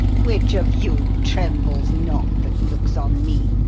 which of you trembles not that looks on me?